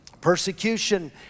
persecution